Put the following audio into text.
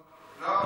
לא,